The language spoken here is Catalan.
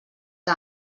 que